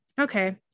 Okay